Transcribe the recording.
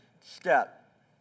step